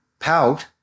pout